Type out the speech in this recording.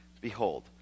Behold